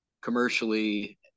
commercially